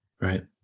Right